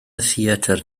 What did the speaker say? theatr